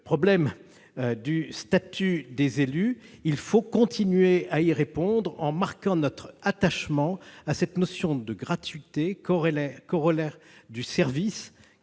avec ces amendements, il faut continuer à y répondre en marquant notre attachement à la notion de gratuité, corollaire du service